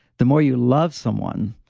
the more you love someone,